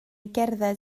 gerdded